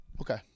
Okay